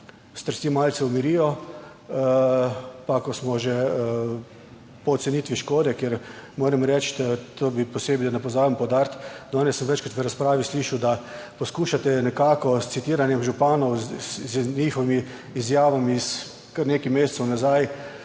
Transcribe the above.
strasti malce umirijo, pa ko smo že po ocenitvi škode, kjer moram reči, da to posebej, da ne pozabim poudariti, danes sem večkrat v razpravi slišal, da poskušate nekako s citiranjem županov, z njihovimi izjavami iz kar nekaj mesecev nazaj